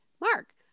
Mark